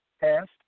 past